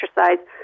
exercise